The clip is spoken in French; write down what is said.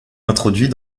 introduits